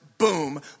boom